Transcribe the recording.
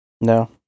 No